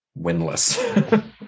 winless